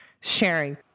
sharing